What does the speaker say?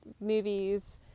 movies